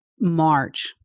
March